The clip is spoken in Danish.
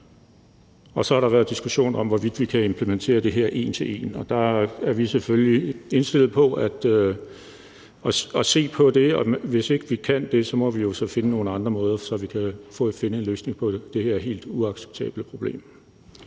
lov«. Der har været diskussion om, hvorvidt vi kan implementere det her en til en, og det er vi selvfølgelig indstillet på at se på, og hvis ikke det kan lade sig gøre, må vi jo finde nogle andre måder, så vi kan finde en løsning på det her helt uacceptable problem.